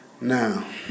Now